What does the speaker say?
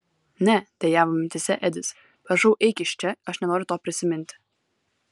ne dejavo mintyse edis prašau eik iš čia aš nenoriu to prisiminti